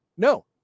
No